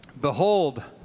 Behold